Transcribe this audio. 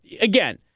again